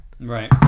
Right